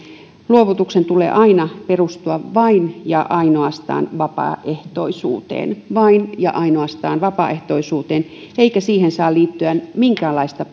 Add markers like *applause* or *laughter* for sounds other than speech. luovutuksen tulee aina perustua vain ja ainoastaan vapaaehtoisuuteen vain ja ainoastaan vapaaehtoisuuteen eikä siihen saa liittyä minkäänlaista *unintelligible*